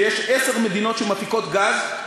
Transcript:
ויש עשר מדינות שמפיקות גז,